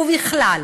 ובכלל,